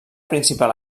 principal